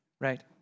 right